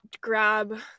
grab